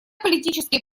политические